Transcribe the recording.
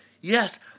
Yes